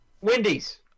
Wendy's